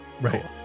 Right